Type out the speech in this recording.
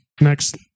next